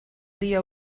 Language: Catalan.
dia